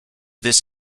this